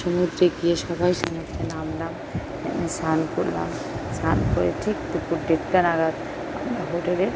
সমুদ্রে গিয়ে সবাই সমুদ্রে নামলাম স্নান করলাম স্নান করে ঠিক দুপুর দেড়টা নাগাদ হোটেলে